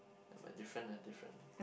ya but different ah different